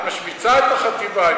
את משמיצה את החטיבה,